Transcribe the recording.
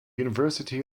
university